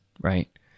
right